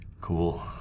Cool